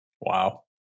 Wow